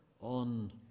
on